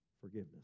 Forgiveness